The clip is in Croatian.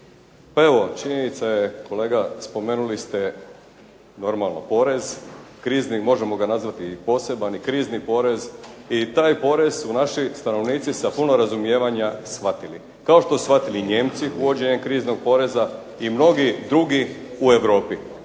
Pa evo činjenica je kolega spomenuli ste normalno porez krizni, možemo ga nazvati i poseban i krizni porez i taj porez naši stanovnici sa puno razumijevanja shvatili, kao što su shvatili Nijemci uvođenje kriznog poreza i mnogi drugi u Europi